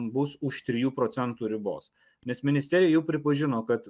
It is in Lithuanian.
bus už trijų procentų ribos nes ministerija jau pripažino kad